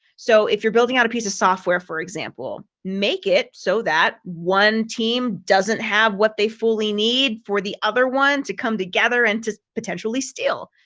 so if you're building out a piece of software, for example, make it so that one team doesn't have what they fully need for the other one to come together and to potentially steal.